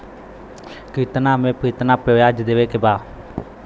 कितना पे कितना व्याज देवे के बा?